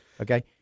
Okay